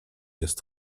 jest